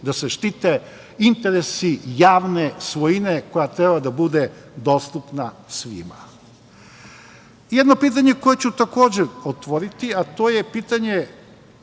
da se štite interesi javne svojine koja treba da bude dostupna svima. Jedno pitanje koje ću takođe otvoriti a to je pitanje